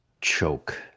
choke